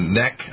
neck